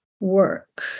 work